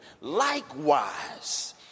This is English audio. Likewise